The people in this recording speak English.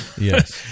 yes